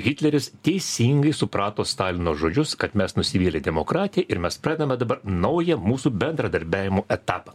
hitleris teisingai suprato stalino žodžius kad mes nusivylę demokratija ir mes pradedame naują mūsų bendradarbiavimo etapą